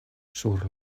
sur